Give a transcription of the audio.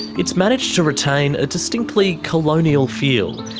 it's managed to retain a distinctly colonial feel.